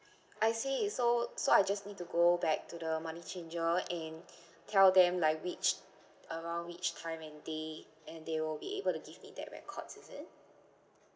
I see so so I just need to go back to the money changer and tell them like which around which time and day and they will be able to give me that records is it